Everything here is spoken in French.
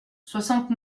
soixante